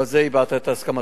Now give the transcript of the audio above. ועל זה הבעת את הסכמתך.